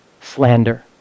Slander